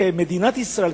כמדינת ישראל,